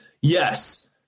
yes